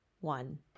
one